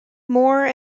more